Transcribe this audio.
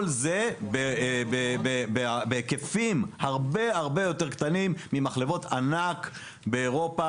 כל זה בהיקפים הרבה הרבה יותר קטנים ממחלבות ענק באירופה